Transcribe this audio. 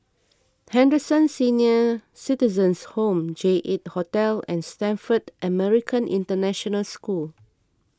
Henderson Senior Citizens' Home J eight Hotel and Stamford American International School